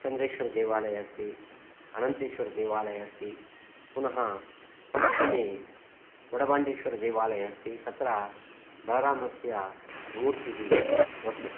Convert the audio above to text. चन्द्रेश्वरदेवालयः अस्ति अनन्तेश्वरदेवालयः अस्ति पुनः पश्चिमे वडबाण्डेश्वरदेवालयः अस्ति तत्र बलरामस्य मूर्तिः वर्तते